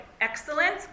excellent